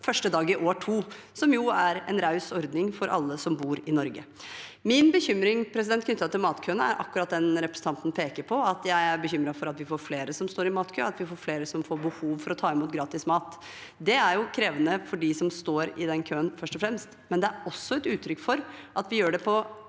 første dag i år nummer to, som er en raus ordning for alle som bor i Norge. Min bekymring knyttet til matkøene er akkurat den representanten peker på: Jeg er bekymret for at vi får flere som står i matkø, at vi får flere som får behov for å ta imot gratis mat. Det er først og fremst krevende for dem som står i den køen, men det er også et uttrykk for at vi ikke